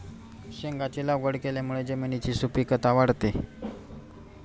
शेंगांची लागवड केल्यामुळे जमिनीची सुपीकता वाढते